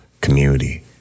community